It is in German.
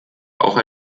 auch